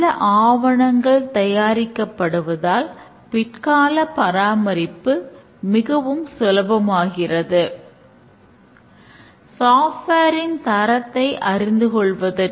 நல்ல ஆவணங்கள் தயாரிக்கப்படுவதால் பிற்கால பராமரிப்பு மிகவும் சுலபமாகிறது